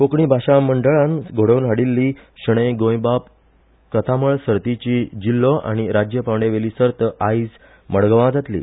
कोंकणी भाशा मंडळान घडोवन हाडिल्ली शणै गोंयबाब कार्यावळ सर्तीची जिल्लो आनी राज्य पांवड्या वयली सर्त आयज मडगांवां जातली